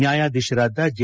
ನ್ಯಾಯಾಧೀಶರಾದ ಜೆ